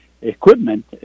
equipment